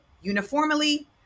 uniformly